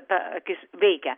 ta akis veikia